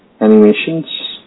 animations